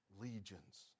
legions